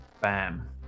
Bam